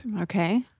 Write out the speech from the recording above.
Okay